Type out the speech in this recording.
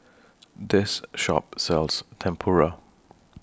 This Shop sells Tempura